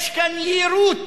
יש כאן יירוט